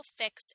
fix